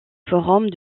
forums